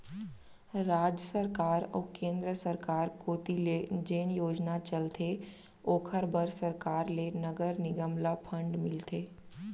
राज सरकार अऊ केंद्र सरकार कोती ले जेन योजना चलथे ओखर बर सरकार ले नगर निगम ल फंड मिलथे